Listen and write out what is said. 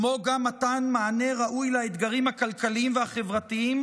כמו גם מתן מענה ראוי לאתגרים הכלכליים והחברתיים